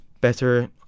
better